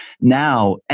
now